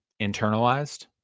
internalized